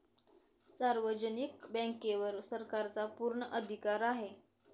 सार्वजनिक बँकेवर सरकारचा पूर्ण अधिकार आहे